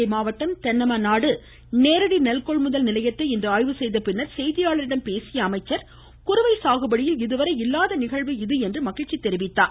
தஞ்சை மாவட்டம் தென்னமநாடு நேரடி நெல் கொள்முதல் நிலையத்தை இன்று ஆய்வு செய்த பின்னர் செய்தியாளர்களிடம் பேசிய அவர் குறுவை சாகுபடியில் இதுவரை இல்லாத நிகழ்வு இது என்று மகிழ்ச்சி தெரிவித்தார்